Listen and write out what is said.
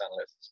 analysts